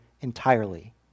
entirely